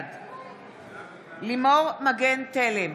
בעד לימור מגן תלם,